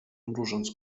mrużąc